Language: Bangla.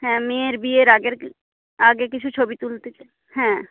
হ্যাঁ মেয়ের বিয়ের আগের আগে কিছু ছবি তুলতে চাই হ্যাঁ